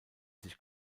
sich